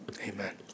Amen